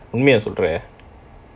உண்மையா சொல்றியா:unmaiyaa solriyaa